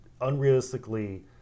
unrealistically